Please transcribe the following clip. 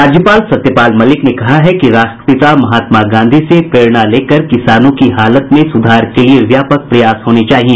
राज्यपाल सत्यपाल मलिक ने कहा है कि राष्ट्रपिता महात्मा गांधी से प्रेरणा लेकर किसानों की हालत में सुधार के लिए व्यापक प्रयास करना चाहिए